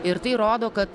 ir tai rodo kad